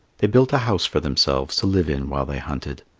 they built a house for themselves, to live in while they hunted.